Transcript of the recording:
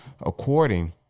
according